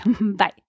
Bye